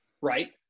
right